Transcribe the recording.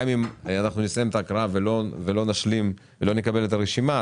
גם אם נסיים את ההקראה ולא נקבל את הרשימה,